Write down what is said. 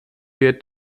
wird